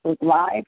Live